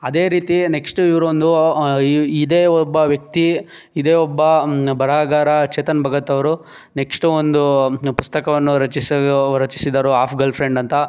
ಅದೇ ರೀತಿ ನೆಕ್ಷ್ಟ್ ಇವ್ರು ಒಂದು ಇದೇ ಒಬ್ಬ ವ್ಯಕ್ತಿ ಇದೇ ಒಬ್ಬ ಬರಹಗಾರ ಚೇತನ್ ಭಗತ್ ಅವರು ನೆಕ್ಷ್ಟ್ ಒಂದು ಪುಸ್ತಕವನ್ನು ರಚಿಸಿ ರಚಿಸಿದರು ಆಫ್ ಗರ್ಲ್ಫ್ರೆಂಡ್ ಅಂತ